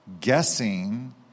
guessing